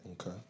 Okay